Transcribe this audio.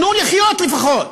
תנו לחיות לפחות.